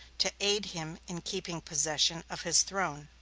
to aid him in keeping possession of his throne.